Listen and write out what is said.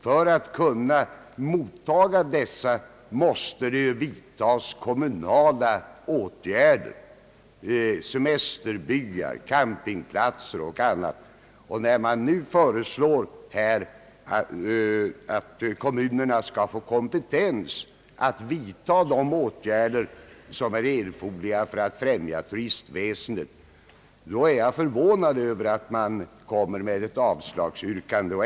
För att kunna mottaga dessa måste kommunerna själva vidta åtgärder för att få till stånd semesterbyar, campingplatser m.m. När det nu har väckts förslag om att kommunerna skall få kompetens att vidta de åtgärder som är erforderliga för att främja turistväsendet, förvånar det mig att man framställt ett avslagsyrkande.